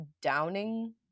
Downing